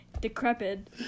decrepit